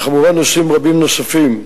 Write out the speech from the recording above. וכמובן נושאים רבים נוספים.